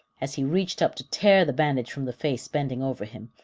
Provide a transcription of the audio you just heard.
as he reached up to tear the bandage from the face bending over him,